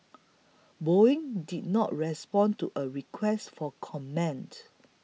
Boeing did not respond to a request for comment